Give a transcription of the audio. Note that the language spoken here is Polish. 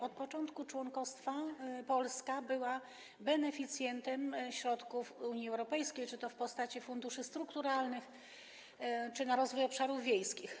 Od początku członkostwa Polska była beneficjentem środków Unii Europejskiej, czy to w postaci funduszy strukturalnych, czy to na rozwój obszarów wiejskich.